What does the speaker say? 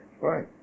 Right